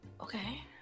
Okay